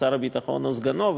לשר הביטחון או לסגנו,